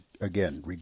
again